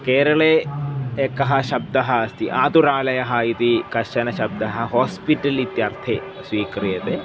केरले एकः शब्दः अस्ति आतुरालयः इति कश्चन शब्दः होस्पिटल् इत्यर्थे स्वीक्रियते